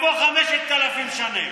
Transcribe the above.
אתם פה 3,000 שנה,